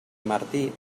martí